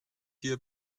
hier